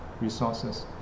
resources